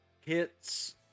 hits